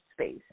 space